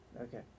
Okay